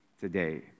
today